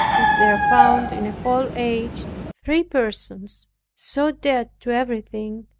if there are found in a whole age three persons so dead to everything,